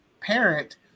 parent